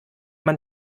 man